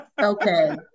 Okay